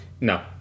no